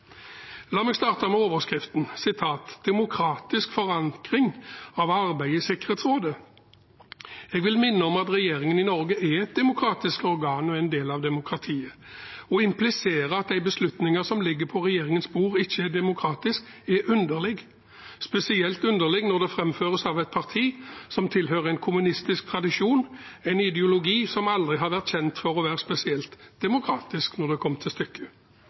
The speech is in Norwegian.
La meg starte med overskriften: «demokratisk forankring av Norges arbeid i FNs sikkerhetsråd». Jeg vil minne om at regjeringen i Norge er et demokratisk organ og en del av demokratiet. Å implisere at de beslutninger som ligger på regjeringens bord, ikke er demokratiske er underlig, spesielt underlig når det framføres av et parti som tilhører en kommunistisk tradisjon, en ideologi som aldri har vært kjent for å være spesielt demokratisk når det kom til stykket.